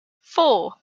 four